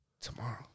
Tomorrow